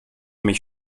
mich